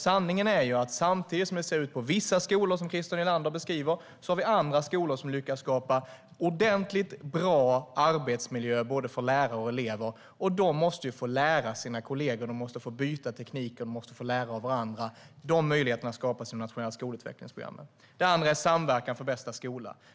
Sanningen är ju att samtidigt som det på vissa skolor ser ut som Christer Nylander beskriver det har vi andra skolor som lyckas skapa ordentligt bra arbetsmiljö för både lärare och elever. De måste få lära sin kollegor. De måste få byta tekniker och lära av varandra. De möjligheterna skapas genom de nationella skolutvecklingsprogrammen. Det andra är samverkan för bästa skola.